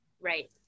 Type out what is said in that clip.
Right